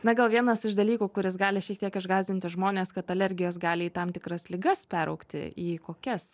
na gal vienas iš dalykų kuris gali šiek tiek išgąsdinti žmones kad alergijos gali į tam tikras ligas peraugti į kokias